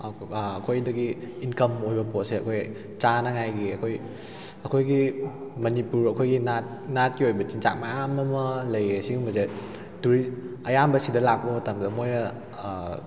ꯑꯩꯍꯣꯏꯗꯒꯤ ꯏꯟꯀꯝ ꯑꯣꯏꯕ ꯄꯣꯠꯁꯦ ꯑꯩꯈꯣꯏ ꯆꯥꯅꯉꯥꯏꯒꯤ ꯑꯩꯈꯣꯏ ꯑꯩꯈꯣꯏꯒꯤ ꯃꯅꯤꯄꯨꯔ ꯑꯩꯈꯣꯏꯒꯤ ꯅꯥꯠ ꯅꯥꯠꯀꯤ ꯑꯣꯏꯕ ꯆꯤꯟꯖꯥꯛ ꯃꯌꯥꯝ ꯑꯃ ꯂꯩꯌꯦ ꯁꯤꯒꯨꯝꯕꯁꯦ ꯇꯨꯔꯤꯁ ꯑꯌꯥꯝꯕ ꯁꯤꯗ ꯂꯥꯛꯄ ꯃꯇꯝꯗ ꯃꯣꯏꯅ